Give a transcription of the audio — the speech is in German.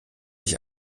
ich